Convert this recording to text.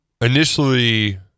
initially